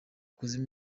ikuzimu